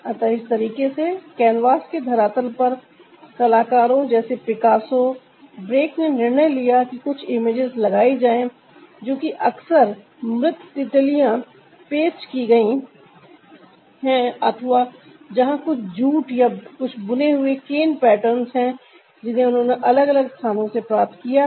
अतः इस तरीके से कैनवास के धरातल परकलाकारों जैसे पिकासो ब्रेक ने निर्णय लिया कि कुछ इमेजेस लगाई जाए जो कि अक्सर मृत तितलियां पेस्ट की गई है अथवा यहां कुछ ज्यूट या कुछ बुने हुए केन पैटर्न है जिन्हें उन्होंने अलग अलग स्थानों से प्राप्त किया है